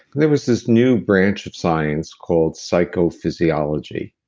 there was this new branch of science called psychophysiology.